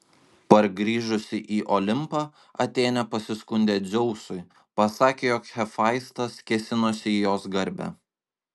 pargrįžusi į olimpą atėnė pasiskundė dzeusui pasakė jog hefaistas kėsinosi į jos garbę